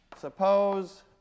Suppose